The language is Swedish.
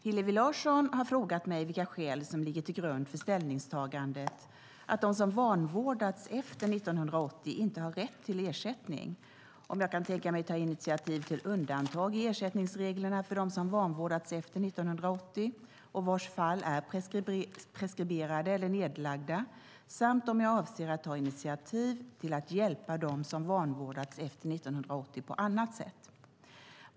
Hillevi Larsson har frågat mig vilka skäl som ligger till grund för ställningstagandet att de som vanvårdats efter 1980 inte har rätt till ersättning, om jag kan tänka mig att ta initiativ till undantag i ersättningsreglerna för dem som vanvårdats efter 1980 och vars fall är preskriberade eller nedlagda samt om jag avser att ta initiativ till att hjälpa dem som vanvårdats efter 1980 på annat sätt.